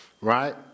right